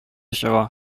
чыга